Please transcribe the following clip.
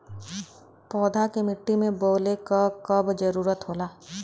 पौधा के मिट्टी में बोवले क कब जरूरत होला